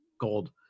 gold